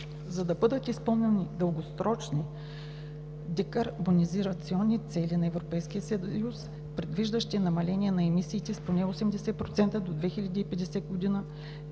За да бъдат изпълнени дългосрочните декарбонизационни цели на Европейския съюз, предвиждащи намаление на емисиите с поне 80% до 2050 г.,